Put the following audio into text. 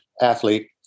athlete